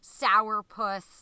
sourpuss